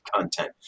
content